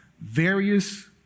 various